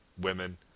women